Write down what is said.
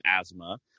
asthma